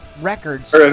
records